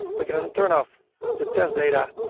we can then turn off the test data,